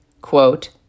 quote